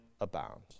abound